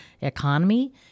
economy